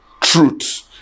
truth